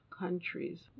Countries